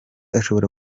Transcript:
ashobora